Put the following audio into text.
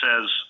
says